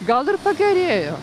gal ir pagerėjo